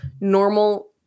normal